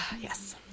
yes